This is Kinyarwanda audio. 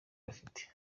bafite